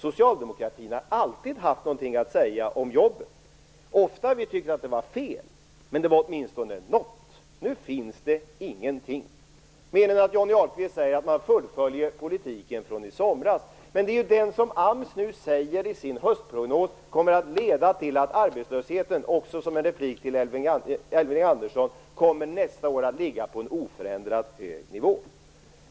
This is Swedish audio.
Socialdemokratin har alltid haft någonting att säga om jobben. Ofta har vi tyckt att det var fel, men det var åtminstone något. Nu finns det ingenting. Johnny Ahlqvist säger bara att man fullföljer politiken från i somras. Men det är ju den som AMS nu i sin höstprognos säger kommer att leda till att arbetslösheten nästa år kommer att ligga på en oförändrat hög nivå. Jag säger detta som en replik också till Elving Andersson.